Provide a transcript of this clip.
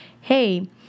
hey